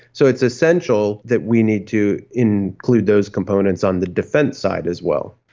so it's essential that we need to include those components on the defence side as well.